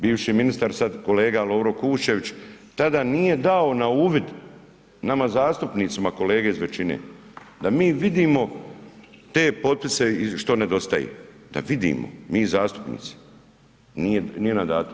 Bivši ministar, sad kolega Lovro Kuščević tada nije dao na uvid nama zastupnicima kolege iz većine da mi vidimo te potpise što nedostaje, da vidimo mi zastupnici, nije nam dano.